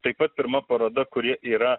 taip pat pirma paroda kuri yra